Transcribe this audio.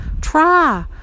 try